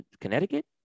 Connecticut